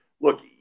look